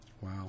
Wow